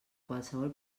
qualsevol